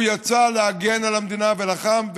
הוא יצא להגן על המדינה ולחם,